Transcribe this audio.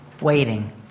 waiting